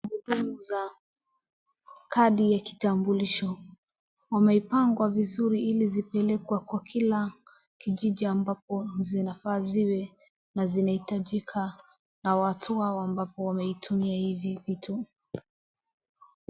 Kadi ya kitambulisho wameipangwa vizuri ili zipelekwe kwa kila kijiji ambapo zinafaa ziwe na zinahitajika na watu hawa ambapo wametumia hivi vitu.